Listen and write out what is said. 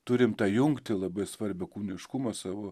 turim tą jungtį labai svarbią kūniškumą savo